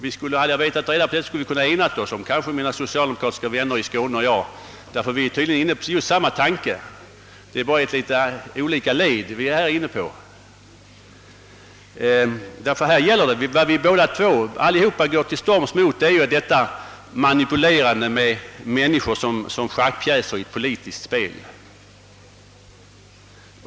Mina <socialdemokratiska vänner i Skåne och jag skulle kanske ha kunnat ena oss; vi är tydligen inne på samma tankegång — bara litet olika led. Vad vi alla går till storms mot är detta manipulerande med människor som schackpjäser i ett politiskt spel.